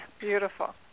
Beautiful